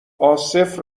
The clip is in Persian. عاصف